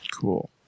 Cool